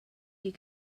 you